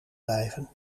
blijven